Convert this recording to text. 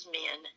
men